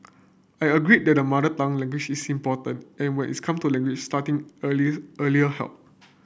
I agree that mother tongue language is important and when its come to language starting early early help